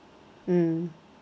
mm